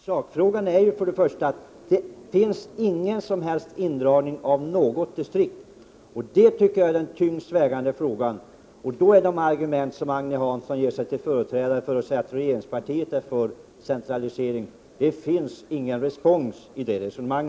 Herr talman! Sakläget är att det inte sker någon som helst indragning av något distrikt. Det tycker jag är det tyngst vägande argumentet. Det finns ingen respons för Agne Hanssons resonemang om att regeringspartiet är för centralisering.